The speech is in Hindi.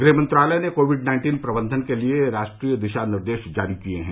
गृह मंत्रालय ने कोविड नाइन्टीन प्रबंधन के लिए राष्ट्रीय दिशा निर्देश जारी किए हैं